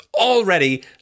already